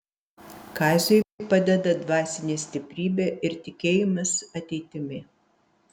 kaziui padeda dvasinė stiprybė ir tikėjimas ateitimi